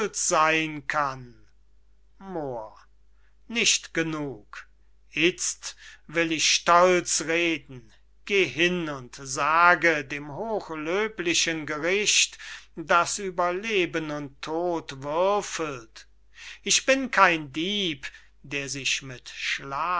seyn kann moor nicht genug itzt will ich stolz reden geh hin und sage dem hochlöblichen gericht das über leben und tod würfelt ich bin kein dieb der sich mit schlaf